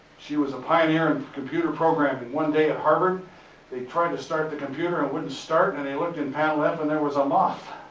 she was a pioneer in computer programming. one day at harvard they tried to start the computer, it wouldn't start, and he looked in panel f, and there was a moth.